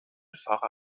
pfarrer